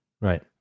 Right